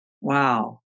Wow